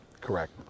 Correct